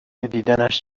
دیدنش